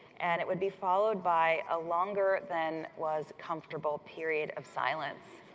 and it would be followed by a longer than was comfortable period of silence.